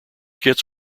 kits